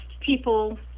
people